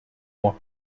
mois